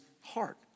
heart